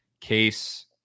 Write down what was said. case